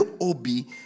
Obi